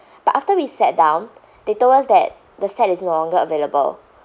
but after we sat down they told us that the set is no longer available